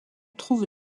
trouve